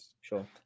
sure